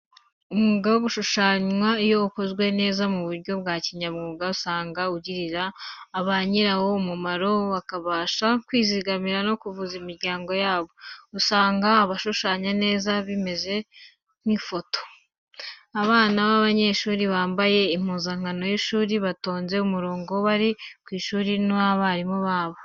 Umwuga wo gushushanya iyo ukozwe mu buryo bya kinyamwuga usanga ugirira ba nyirawo umumaro, kubasha kwizigamira, no kuvuza imiryango yabo. Usanga bashushanya neza bimeze nk'ifoto. Abana b'abanyeshuri bambaye impuzankano y'ishuri, batonze umurongo bari ku ishuri n'abarimu babo